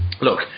look